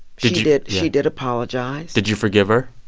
she did she did apologize did you forgive her?